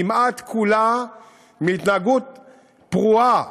כמעט כולה מהתנהגות פרועה,